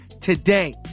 today